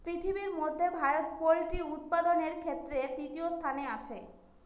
পৃথিবীর মধ্যে ভারত পোল্ট্রি উৎপাদনের ক্ষেত্রে তৃতীয় স্থানে আছে